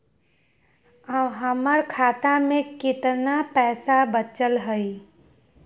हमर खाता में केतना पैसा बचल हई?